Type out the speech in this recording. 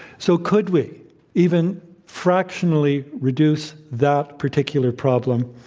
so could we even fractionally reduce that particular problem